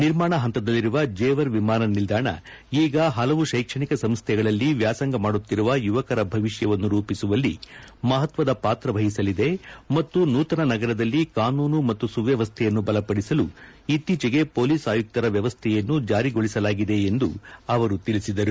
ನಿರ್ಮಾಣ ಹಂತದಲ್ಲಿರುವ ಜೇವರ್ ವಿಮಾನ ನಿಲ್ಲಾಣ ಈಗ ಹಲವು ಶೈಕ್ಷಣಿಕ ಸಂಸ್ಥೆಗಳಲ್ಲಿ ವ್ಯಾಸಂಗ ಮಾಡುತ್ತಿರುವ ಯುವಕರ ಭವಿಷ್ಯವನ್ನು ರೂಪಿಸುವಲ್ಲಿ ಮಹತ್ವದ ಪಾತ್ರ ವಹಿಸಲಿದೆ ಮತ್ತು ನೂತನ ನಗರದಲ್ಲಿ ಕಾನೂನು ಮತ್ತು ಸುವ್ಯವಸ್ಥೆಯನ್ನು ಬಲಪಡಿಸಲು ಇತ್ತೀಚೆಗೆ ಪೊಲೀಸ್ ಆಯುಕ್ತರ ವ್ಯವಸ್ಥೆಯನ್ನು ಜಾರಿಗೊಳಿಸಲಾಗಿದೆ ಎಂದು ಅವರು ತಿಳಿಸಿದರು